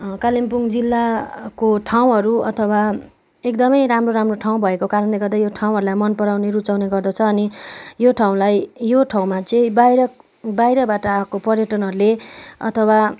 कालिम्पोङ जिल्लाको ठाउँहरू अथवा एकदमै राम्रो राम्रो ठाउँ भएको कारणले गर्दा यो ठाउँहरूलाई मन पराउने रुचाउने गर्दछ अनि यो ठाउँलाई यो ठाउँमा चाहिँ बाहिर बाहिरबाट आएको पर्यटनहरूले अथवा